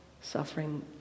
suffering